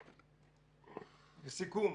לסיכום,